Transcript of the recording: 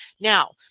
Now